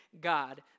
God